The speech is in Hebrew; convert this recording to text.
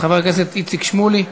חבר הכנסת איציק שמולי,